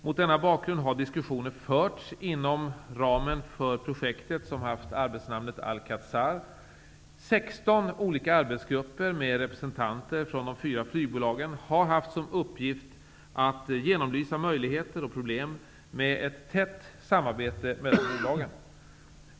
Mot denna bakgrund har diskussioner förts inom ramen för projektet, som haft arbetsnamnet Alcazar. 16 olika arbetsgrupper med representanter från de fyra flygbolagen har haft som uppgift att genomlysa möjligheter och problem med ett tätt samarbete mellan bolagen.